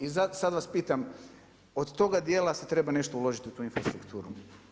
I sad vas pitam, od toga dijela se treba nešto uložiti u tu infrastrukturu.